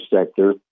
sector